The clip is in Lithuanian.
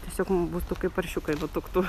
tiesiog mum būtų kaip paršiukai nutuktų